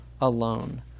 alone